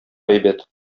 әйбәт